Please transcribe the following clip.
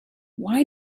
why